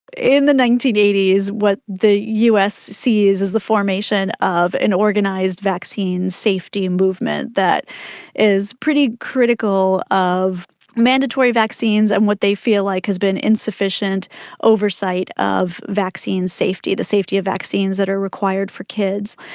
in the nineteen eighty s what the us sees is the formation of an organised vaccine safety and movement that is pretty critical of mandatory vaccines and what they feel like has been insufficient oversight of vaccine safety, the safety of vaccines that are required for kids.